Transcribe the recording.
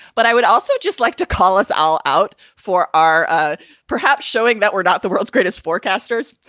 but i would also just like to call us all out for our ah perhaps showing that we're not the world's greatest forecasters.